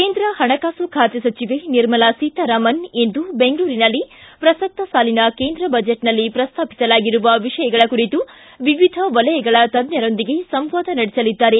ಕೇಂದ್ರ ಹಣಕಾಸು ಖಾತೆ ಸಚಿವೆ ನಿರ್ಮಲಾ ಸೀತಾರಾಮನ್ ಇಂದು ಬೆಂಗಳೂರಿನಲ್ಲಿ ಪ್ರಸಕ್ತ ಸಾಲಿನ ಕೇಂದ್ರ ಬಜೆಟ್ನಲ್ಲಿ ಪ್ರಸ್ತಾಪಿಸಲಾಗಿರುವ ವಿಷಯಗಳ ಕುರಿತು ವಿವಿಧ ವಲಯಗಳ ತಜ್ಜರೊಂದಿಗೆ ಸಂವಾದ ನಡೆಸಲಿದ್ದಾರೆ